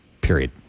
period